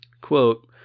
quote